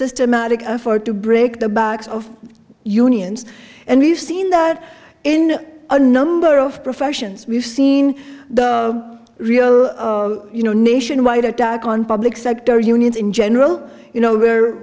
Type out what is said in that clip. systematic effort to break the backs of unions and we've seen that in a number of professions we've seen the real you know nationwide attack on public sector unions in general you know